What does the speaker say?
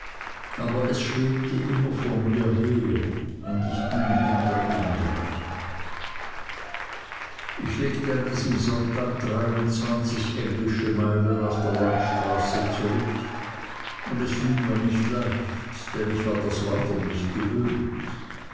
aber es schwebte immer vor mir her und ich ging hinter ihm drein ich legte an diesem sonntag dreiundzwanzig englische meilen auf der landstraße zurück und es fiel mir nicht leicht denn ich war das wandern nicht gewöhnt